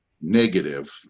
negative